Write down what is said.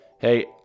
Hey